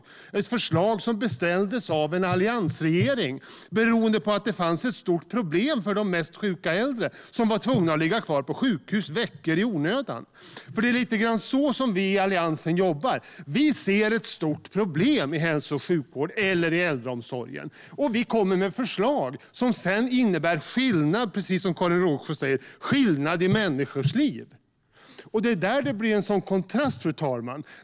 Det är ett förslag som beställdes av en alliansregering beroende på att det fanns ett stort problem för de mest sjuka äldre, som var tvungna att ligga kvar på sjukhus i veckor i onödan. Det är lite grann så vi i Alliansen jobbar. Vi ser ett stort problem i hälso och sjukvården eller i äldreomsorgen, och vi kommer med förslag som sedan innebär skillnad, precis som Karin Rågsjö säger, i människors liv. Det är där det blir en sådan kontrast, fru talman.